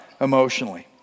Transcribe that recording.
emotionally